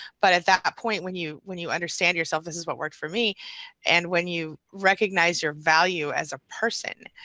but at that point when you when you understand yourself, this is what works for me and when you recognize your value as a person,